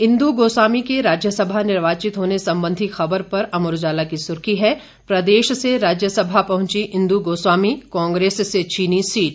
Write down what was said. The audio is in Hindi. इंदु गोस्वामी के राज्यसभा निर्वाचित होने संबंधी खबर पर अमर उजाला की सुर्खी है प्रदेश से राज्यसभा पहुंची इंदु गोस्वामी कांग्रेस से छीनी सीट